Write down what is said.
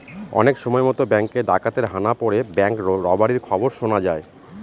অনেক সময়তো ব্যাঙ্কে ডাকাতের হানা পড়ে ব্যাঙ্ক রবারির খবর শোনা যায়